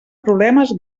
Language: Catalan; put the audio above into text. problemes